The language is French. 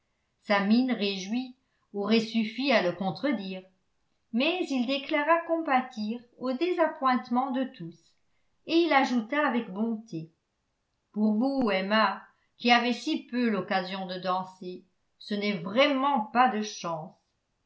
sa mine réjouie aurait suffi à le contredire mais il déclara compatir au désappointement de tous et il ajouta avec bonté pour vous emma qui avez si peu l'occasion de danser ce n'est vraiment pas de chance